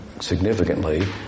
significantly